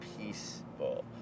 peaceful